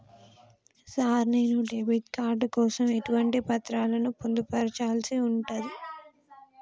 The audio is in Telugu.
సార్ నేను డెబిట్ కార్డు కోసం ఎటువంటి పత్రాలను పొందుపర్చాల్సి ఉంటది?